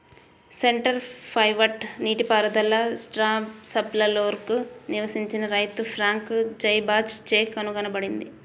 centre pivot నీటిపారుదల స్ట్రాస్బర్గ్లో నివసించిన రైతు ఫ్రాంక్ జైబాచ్ చే కనుగొనబడింది